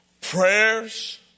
prayers